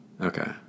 Okay